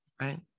right